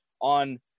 on